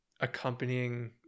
accompanying